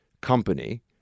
company